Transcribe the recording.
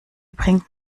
bringt